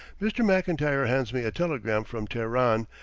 mr. mclntyre hands me a telegram from teheran,